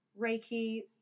Reiki